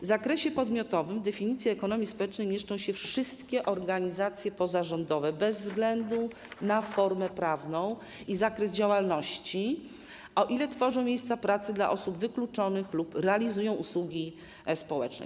W zakresie podmiotowym w definicji ekonomii społecznej mieszczą się wszystkie organizacje pozarządowe bez względu na formę prawną i zakres działalności, o ile tworzą miejsca pracy dla osób wykluczonych lub realizują usługi społeczne.